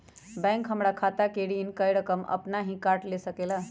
Bank हमार खाता से ऋण का रकम अपन हीं काट ले सकेला?